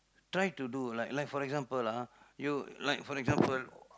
try to do like like for example ah you like for example